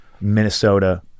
Minnesota